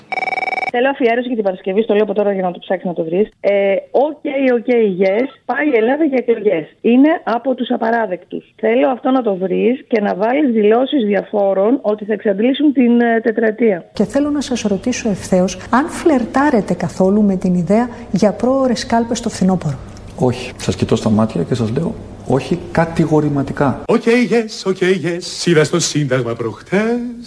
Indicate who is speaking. Speaker 1: Θέλω αφιέρωση και την Παρασκευή, στο λέω από τώρα για να το ψάξεις να το βρεις. Ε, οκ, οκ, yes, πάει η Ελλάδα για εκλογές. Είναι από τους απαράδεκτους. Θέλω αυτό να το βρεις και να βάλεις δηλώσεις διαφόρων ότι θα εξαντλήσουν την, ε, τετραετία.
Speaker 2: Και θέλω να σας ρωτήσω ευθέως, αν φλερτάρετε καθόλου με την ιδέα για πρόωρες κάλπες στο φθινόπωρο.
Speaker 3: Όχι. Σας κοιτώ στα μάτια και σας λέω, όχι κατηγορηματικά.
Speaker 4: Οκ, yes, οκ, yes. Είδα στο Σύνταγμα προχτές.